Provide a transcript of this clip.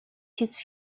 his